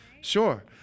Sure